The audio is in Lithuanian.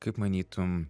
kaip manytum